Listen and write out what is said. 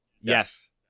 Yes